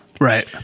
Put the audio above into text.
Right